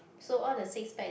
so all the six packs